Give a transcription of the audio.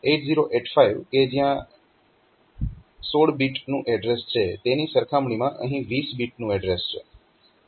8085 કે જયાં 16 બીટનું એડ્રેસ છે તેની સરખામણીમાં અહીં 20 બીટનું એડ્રેસ છે